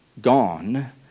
gone